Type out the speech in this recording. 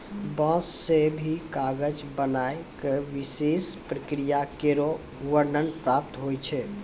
बांस सें भी कागज बनाय क विशेष प्रक्रिया केरो वर्णन प्राप्त होय छै